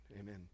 Amen